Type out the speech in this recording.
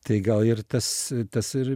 tai gal ir tas tas ir